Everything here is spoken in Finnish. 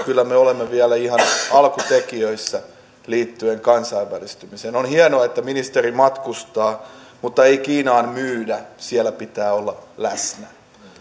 kyllä me olemme vielä ihan alkutekijöissä liittyen kansainvälistymiseen on hienoa että ministeri matkustaa mutta ei kiinaan myydä siellä pitää olla läsnä